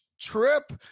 trip